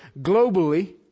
globally